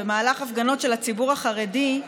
במהלך הפגנות של הציבור החרדי,